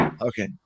Okay